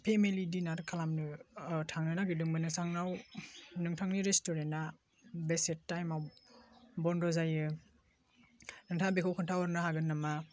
family dinner खालामनो थांनो नागिरदोंमोन नोंस्रानाव नोंथांनि रेस्टुरेन्टआ बेसे टाइमाव बन्द' जायो नोंथाङा बेखौ खोन्था हरनो हागोन नामा